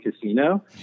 casino